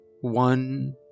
One